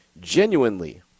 genuinely